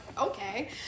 okay